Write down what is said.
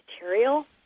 material